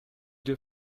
due